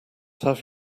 have